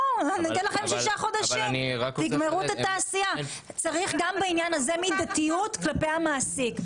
צריך גם בעניין הזה מדתיות כלפי המעסיק.